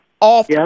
off